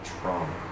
trauma